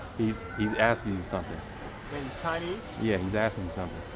he's asking you something in chinese yea, he's asking